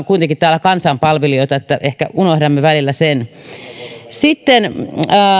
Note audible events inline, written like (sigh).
(unintelligible) kuitenkin kansan palvelijoita unohdamme välillä sen